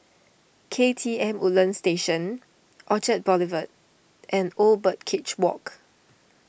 K T M Woodlands Station Orchard Boulevard and Old Birdcage Walk